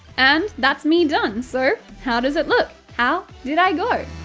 and that's me done! so, how does it look? how did i go?